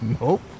Nope